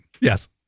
Yes